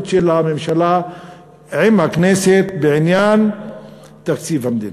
של הממשלה עם הכנסת בעניין תקציב המדינה.